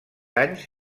anys